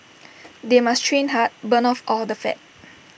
they must train hard burn off all the fat